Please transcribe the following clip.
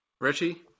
Richie